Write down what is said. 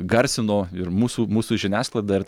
garsino ir mūsų mūsų žiniasklaida ir